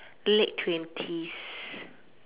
late twenties